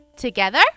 Together